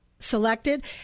selected